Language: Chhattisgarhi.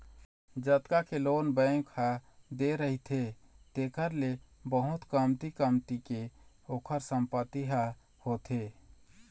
जतका के लोन बेंक ह दे रहिथे तेखर ले बहुत कमती कीमत के ओखर संपत्ति ह होथे